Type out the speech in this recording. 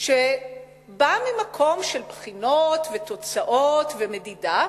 שבאה ממקום של בחינות ותוצאות ומדידה,